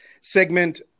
segment